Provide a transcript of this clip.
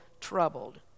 troubled